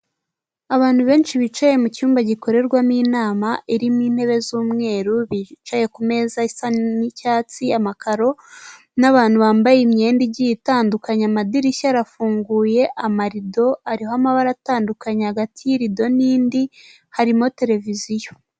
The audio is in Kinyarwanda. Abantu benshi bicaye mu cyumba gikorerwamo inama iririmo intebe z'umweru, bicaye ku meza isa n'icyatsi, amakaro, n'abantu bambaye imyenda igiye itandukanye, amadirishya arafunguye, amarido ariho amabara atandukanye, hagati y'irido n'indi harimo televiziyo.